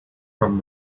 from